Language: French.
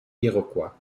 iroquois